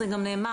זה גם נאמר,